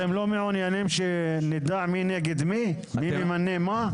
אתם לא מעוניינים שנדע מי נגד מי, מי ממנה מה?